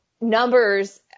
numbers